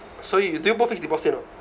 so you do you put fixed deposit or not